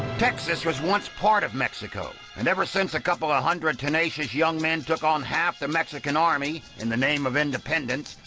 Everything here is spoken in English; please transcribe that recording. texas was once part of mexico and ever since a couple of ah hundred tenacious young men took on half the mexican army in the name of independence,